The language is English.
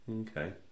Okay